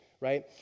right